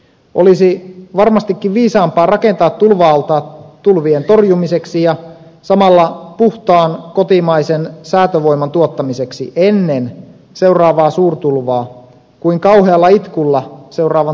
olisi varmastikin viisaampaa rakentaa tulva altaat tulvien torjumiseksi ja samalla puhtaan kotimaisen säätövoiman tuottamiseksi ennen seuraavaa suurtulvaa kuin kauhealla itkulla seuraavan tulvan jälkeen